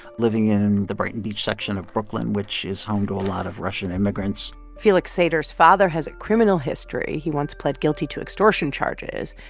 living in the brighton beach section of brooklyn, which is home to a lot of russian immigrants felix sater's father has a criminal history. he once pled guilty to extortion charges.